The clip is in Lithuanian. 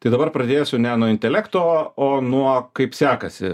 tai dabar pradėsiu ne nuo intelekto o nuo kaip sekasi